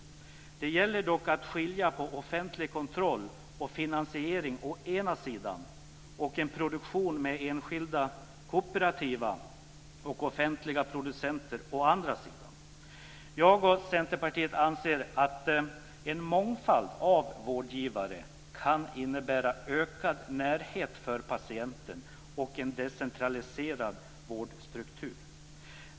Det gäller dock att skilja på offentlig kontroll och finansiering å ena sidan och en fri produktion med enskilda, kooperativa och offentiga producenter å andra sidan. Jag och Centerpartiet anser att en mångfald av vårdgivare kan innebära ökad närhet för patienten och en decentraliserad vårdstruktur.